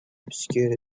obscured